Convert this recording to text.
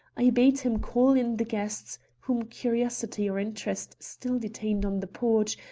i bade him call in the guests, whom curiosity or interest still detained on the porch,